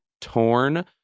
Torn